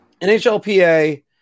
NHLPA